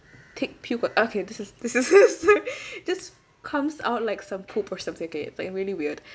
thick puke okay this is this is just comes out like some poop or something okay it's like really weird